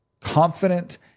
confident